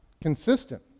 consistent